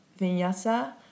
Vinyasa